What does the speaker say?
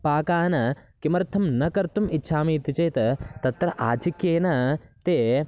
पाकान् किमर्थं न कर्तुम् इच्छामि इति चेत् तत्र आधिक्येन ते